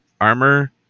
armor